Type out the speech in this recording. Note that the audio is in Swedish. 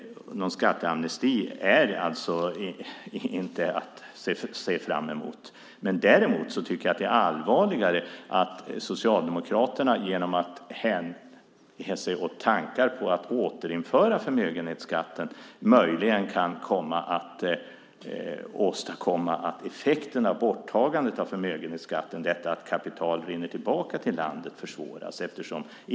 Någon skatteamnesti finns alltså inte se fram emot. Men däremot tycker jag att det är allvarligare att Socialdemokraterna, genom att hänge sig åt tankar på att återinföra förmögenhetsskatten, möjligen kan åstadkomma att effekten av borttagandet av förmögenhetsskatten, detta att kapital rinner tillbaka till landet, försvåras.